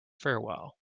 farewell